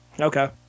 Okay